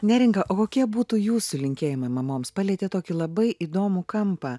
neringa o kokie būtų jūsų linkėjimai mamoms palietėt tokį labai įdomų kampą